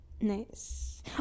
Nice